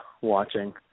watching